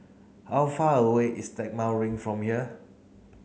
how far away is Stagmont Ring from here